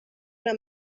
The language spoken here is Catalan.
una